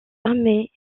armées